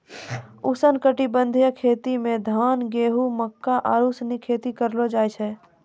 उष्णकटिबंधीय खेती मे धान, गेहूं, मक्का आरु सनी खेती करलो जाय छै